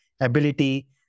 ability